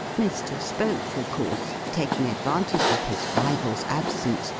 mr. spohf, of course, taking advantage of his rival's absence,